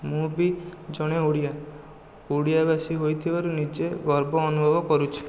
ମୁଁ ବି ଜଣେ ଓଡ଼ିଆ ଓଡ଼ିଆ ବାସି ହୋଇଥିବାରୁ ନିଜେ ଗର୍ବ ଅନୁଭବ କରୁଛି